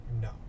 No